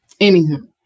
Anywho